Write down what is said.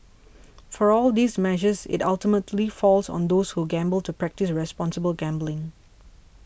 for all these measures it ultimately falls on those who gamble to practise responsible gambling